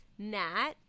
Nat